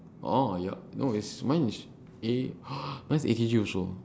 oh ya no is mine is A mine is A_K_G also